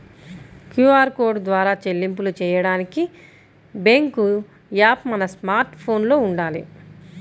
QR code ద్వారా చెల్లింపులు చెయ్యడానికి బ్యేంకు యాప్ మన స్మార్ట్ ఫోన్లో వుండాలి